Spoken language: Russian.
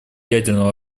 ядерного